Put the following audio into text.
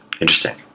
Interesting